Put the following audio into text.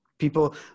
People